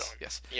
Yes